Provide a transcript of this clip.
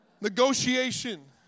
Negotiation